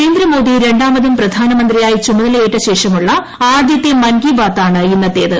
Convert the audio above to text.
നരേന്ദ്രമോദി രണ്ടാമതും പ്രധാനമന്ത്രിയായി ചുമതലയേറ്റ ശേഷമുള്ള ആദ്യത്തെ മൻ കി ബാത് ആണ് ഇന്നത്തേത്